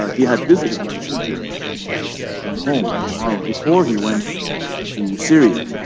ah he had visited me in egypt, in my home, me and marwa before he went to syria.